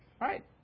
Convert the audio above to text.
right